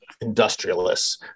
industrialists